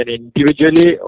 individually